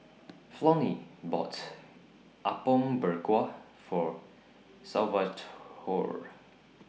Flonnie bought Apom Berkuah For Salvatore